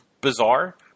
bizarre